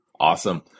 Awesome